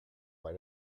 why